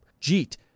Jeet